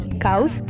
Cows